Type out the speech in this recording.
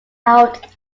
out